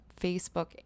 facebook